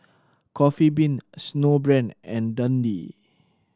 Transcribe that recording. Coffee Bean Snowbrand and Dundee